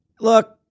look